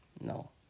No